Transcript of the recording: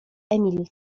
emil